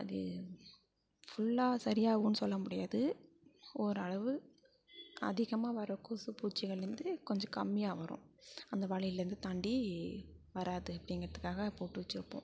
அது ஃபுல்லாக சரியாவுன்னு சொல்ல முடியாது ஓரளவு அதிகமாக வர கொசு பூச்சிகள்லேர்ந்து கொஞ்ச கம்மியாக வரும் அந்த வலையிலேர்ந்து தாண்டி வராது அப்படிங்கிறதுக்காக போட்டு வச்சிருப்போம்